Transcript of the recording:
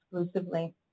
exclusively